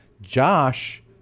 josh